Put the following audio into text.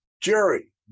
Jerry